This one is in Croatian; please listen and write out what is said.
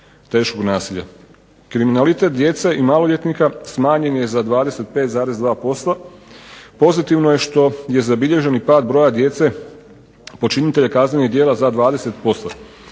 teškog nasilja. Kriminalitet djece i maloljetnika smanjen je za 25,2%. Pozitivno je što je zabilježen i pad broja djece počinitelja kaznenih djela za 20%.